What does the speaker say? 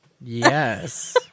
Yes